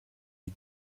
wie